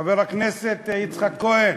חבר כנסת יצחק כהן,